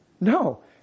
No